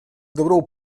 dobrou